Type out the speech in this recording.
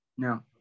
No